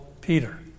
Peter